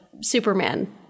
Superman